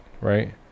right